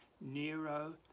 Nero